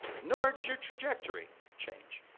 nor does your trajectory change,